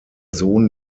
sohn